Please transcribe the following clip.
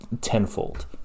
tenfold